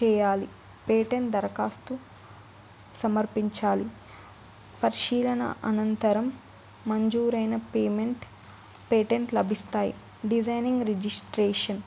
చేయాలి పేటెంట్ దరఖాస్తు సమర్పించాలి పరిశీలన అనంతరం మంజూరైన పేమెంట్ పేటెంట్ లభిస్తాయి డిజైనింగ్ రిజిస్ట్రేషన్